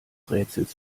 rätsels